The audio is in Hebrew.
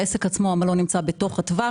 והמלון נמצא בתוך הטווח.